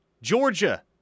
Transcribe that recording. Georgia